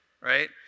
right